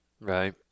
right